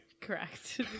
Correct